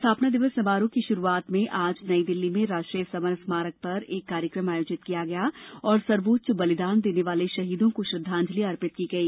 स्थापना दिवस समारोह की शुरूआत में आज नई दिल्ली में राष्ट्रीय समर स्मारक पर एक कार्यक्रम आयोजित किया गया और सर्वोच्च बलिदान देने वाले शहीदों को श्रद्वांजलि अर्पित की गई